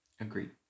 agreed